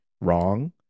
wrong